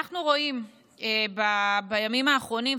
אנחנו רואים בימים האחרונים,